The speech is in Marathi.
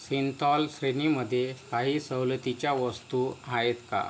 सिंथॉल श्रेणीमध्ये काही सवलतीच्या वस्तू आहेत का